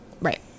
right